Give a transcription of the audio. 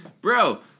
Bro